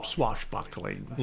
Swashbuckling